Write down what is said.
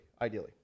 ideally